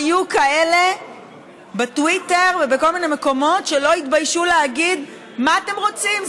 היו כאלה בטוויטר ובכל מיני מקומות שלא התביישו להגיד: מה אתם רוצים,